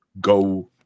go